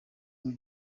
ubu